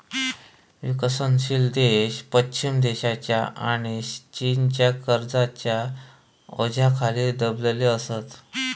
विकसनशील देश पश्चिम देशांच्या आणि चीनच्या कर्जाच्या ओझ्याखाली दबलेले असत